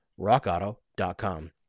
rockauto.com